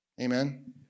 amen